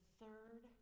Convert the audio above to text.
third